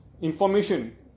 information